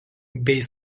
bei